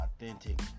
authentic